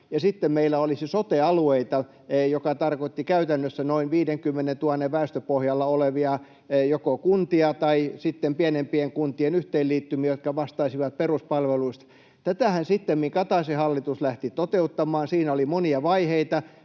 sitten meillä olisi sote-alueita, joka tarkoitti käytännössä noin 50 000:n väestöpohjalla olevia joko kuntia tai sitten pienempien kuntien yhteenliittymiä, jotka vastaisivat peruspalveluista. Tätähän sittemmin Kataisen hallitus lähti toteuttamaan. Siinä oli monia vaiheita.